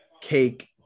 cake